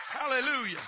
Hallelujah